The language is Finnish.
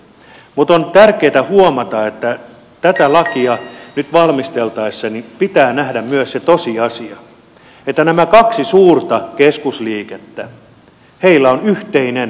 mutta on tärkeätä huomata että tätä lakia nyt valmisteltaessa pitää nähdä myös se tosiasia että näillä kahdella suurella keskusliikkeellä on yhteinen maahantuonti